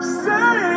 say